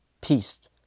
peace